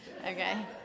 Okay